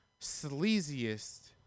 sleaziest